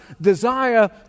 desire